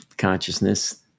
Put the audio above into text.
Consciousness